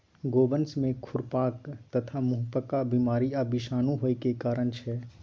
गोवंश में खुरपका तथा मुंहपका बीमारी आ विषाणु होय के की कारण छै?